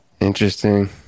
Interesting